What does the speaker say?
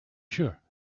sure